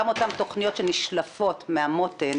גם אותן תכניות שנשלפות מהמותן,